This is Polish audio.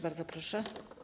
Bardzo proszę.